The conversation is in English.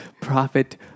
prophet